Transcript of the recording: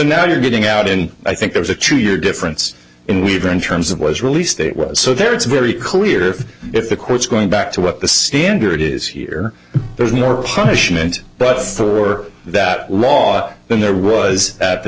now you're getting out and i think there's a two year difference in weaver in terms of was released it was so there it's very clear if the court's going back to what the standard is here there's more punishment but for that law than there was at the